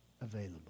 available